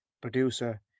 producer